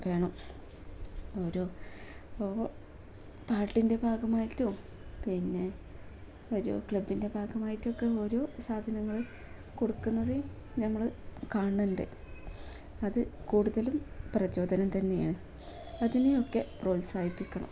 വേണം ഓരോ ഓ പാട്ടിൻ്റെ ഭാഗമായിട്ടും പിന്നെ ഒരു ക്ലബ്ബിൻ്റെ ഭാഗമായിട്ടൊക്കെ ഓരോ സാധനങ്ങൾ കൊടുക്കുന്നത് നമ്മൾ കാണുന്നുണ്ട് അതു കൂടുതലും പ്രചോദനം തന്നെയാണ് അതിനെയൊക്കെ പ്രോത്സാഹിപ്പിക്കണം